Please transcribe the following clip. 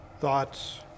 thoughts